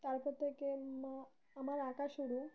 তারপর থেকে মা আমার আঁকা শুরু